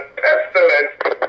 pestilence